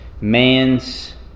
Man's